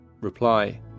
reply